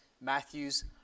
Matthew's